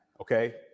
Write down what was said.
Okay